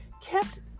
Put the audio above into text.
kept